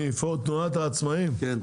נציג העצמאים, בבקשה.